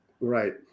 Right